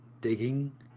digging